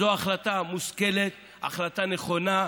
זאת החלטה מושכלת, החלטה נכונה.